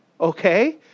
Okay